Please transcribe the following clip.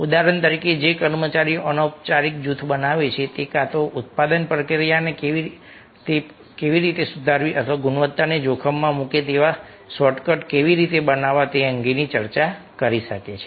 ઉદાહરણ તરીકે જે કર્મચારીઓ અનૌપચારિક જૂથ બનાવે છે તે કાં તો ઉત્પાદન પ્રક્રિયાને કેવી રીતે સુધારવી અથવા ગુણવત્તાને જોખમમાં મૂકે તેવા શોર્ટકટ કેવી રીતે બનાવવી તે અંગે ચર્ચા કરી શકે છે